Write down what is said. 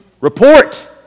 report